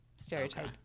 stereotype